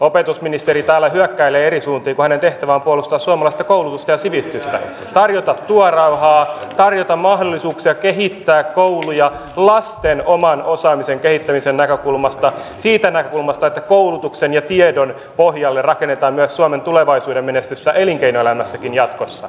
opetusministeri täällä hyökkäilee eri suuntiin kun hänen tehtävään on puolustaa suomalaista koulutusta ja sivistystä tarjota työrauhaa tarjota mahdollisuuksia kehittää kouluja lasten oman osaamisen kehittämisen näkökulmasta siitä näkökulmasta että koulutuksen ja tiedon pohjalle rakennetaan myös suomen tulevaisuuden menestystä elinkeinoelämässäkin jatkossa